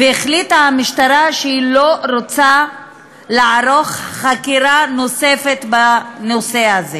והמשטרה החליטה שהיא לא רוצה לערוך חקירה נוספת בנושא הזה.